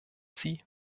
sie